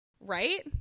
Right